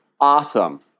awesome